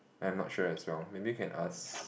I'm not sure as well maybe you can ask